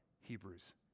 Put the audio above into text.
Hebrews